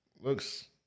Looks